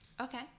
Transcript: Okay